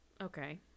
Okay